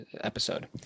episode